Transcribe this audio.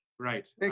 Right